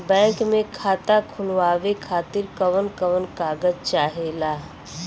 Bank मे खाता खोलवावे खातिर कवन कवन कागज चाहेला?